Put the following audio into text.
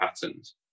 patterns